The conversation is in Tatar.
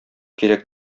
кирәк